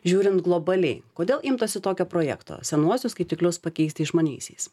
žiūrint globaliai kodėl imtasi tokio projekto senuosius skaitiklius pakeisti išmaniaisiais